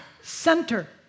center